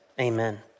Amen